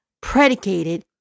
predicated